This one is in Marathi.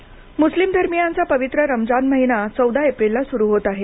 रमजान मुस्लिम धर्मियांचा पवित्र रमजान महिना चौदा एप्रिलला सुरू होत आहे